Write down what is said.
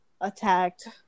attacked